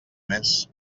més